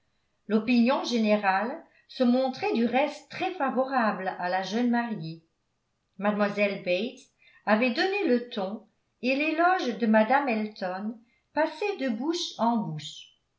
l'opinion générale se montrait du reste très favorable à la jeune mariée mlle bates avait donné le ton et l'éloge de mme elton passait de bouche en bouche